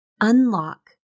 unlock